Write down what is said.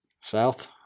South